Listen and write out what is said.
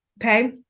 okay